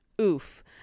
oof